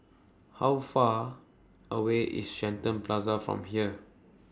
How Far away IS Shenton Plaza from here